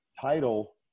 title